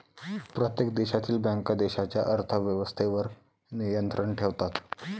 प्रत्येक देशातील बँका देशाच्या अर्थ व्यवस्थेवर नियंत्रण ठेवतात